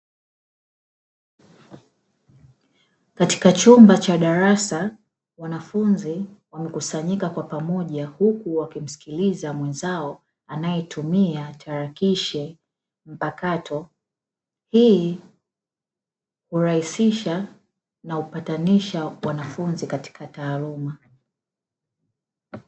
Katika chumba cha darasa, wanafunzi wamekusanyika kwa pamoja huku wakimsikiliza mwenzao anaotumia tarakilishi mpakato, hii hurahisisha na hupatanisha wanafunzi katika taaluma.